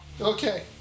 Okay